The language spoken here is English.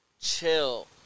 chill